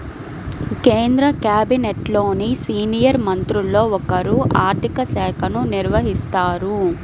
కేంద్ర క్యాబినెట్లోని సీనియర్ మంత్రుల్లో ఒకరు ఆర్ధిక శాఖను నిర్వహిస్తారు